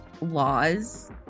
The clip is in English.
laws